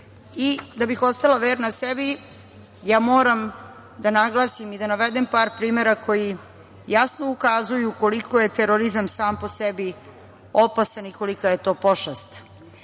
bih ostala verna sebi moram da naglasim i da navedem par primera koji jasno ukazuju koliko je terorizam sam po sebi opasan i kolika je to pošast.